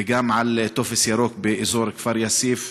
וגם על טופס ירוק באזור כפר יאסיף,